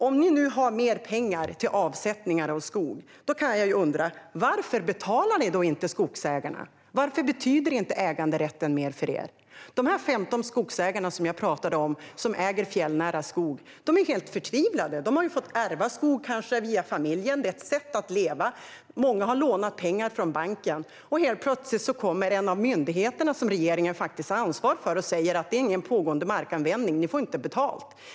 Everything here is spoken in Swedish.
Om ni nu har mer pengar till avsättningar av skog kan jag undra: Varför betalar ni inte skogsägarna? Varför betyder inte äganderätten mer för er? De 15 skogsägare jag talade om och som äger fjällnära skog är helt förtvivlade. De kanske har fått ärva skog via familjen, och det är ett sätt att leva. Många har lånat pengar av banken, och helt plötsligt kommer en av de myndigheter regeringen har ansvar för och säger att det inte är någon pågående markanvändning och att de inte får betalt.